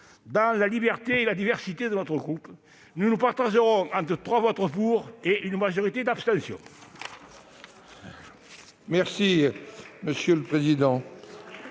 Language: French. dans la liberté et la diversité de notre groupe, nous nous partagerons entre trois votes pour et une majorité d'abstentions. La parole est